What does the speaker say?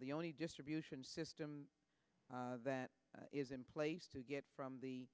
the only distribution system that is in place to get from the